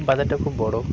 বাজারটা খুব বড়